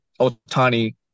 Otani